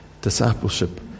discipleship